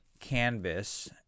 canvas